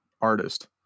artist